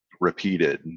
repeated